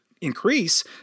increase